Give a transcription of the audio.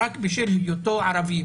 רק בשל היותו ערבי.